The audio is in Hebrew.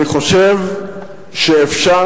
אני חושב שאפשר,